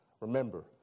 Remember